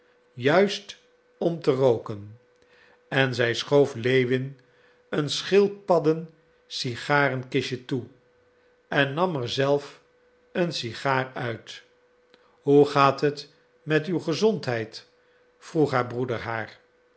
juist om te rooken en zij schoof lewin een schildpadden cigarenkistje toe en nam er zelf een cigaar uit hoe gaat het met uw gezondheid vroeg haar broeder haar